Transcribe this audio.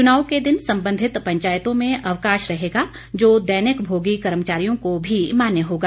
चुनाव के दिन संबंधित पंचायतों में अवकाश रहेगा जो दैनिकभोगी कर्मचारियों को भी मान्य होगा